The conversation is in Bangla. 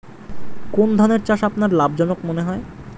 কোন ধানের চাষ আপনার লাভজনক মনে হয়?